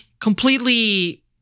completely